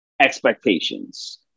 expectations